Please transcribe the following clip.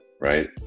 right